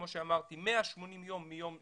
כמו שאמרתי, 180 יום מיום יציאה,